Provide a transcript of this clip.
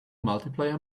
multiplayer